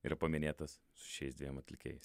yra paminėtas su šiais dviem atlikėjais